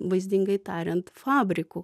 vaizdingai tariant fabriku